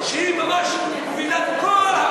שהיא ממש מובילה את כל,